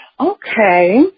Okay